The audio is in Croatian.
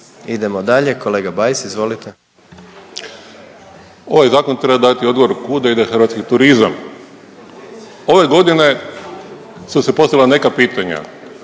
Idemo dalje, kolega Bajs izvolite. **Bajs, Damir (Fokus)** Ovaj zakon treba dati odgovor kuda ide hrvatski turizam. Ove godine su se postavila neka pitanja,